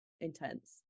intense